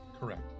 Correct